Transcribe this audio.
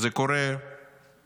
זה קורה כמעט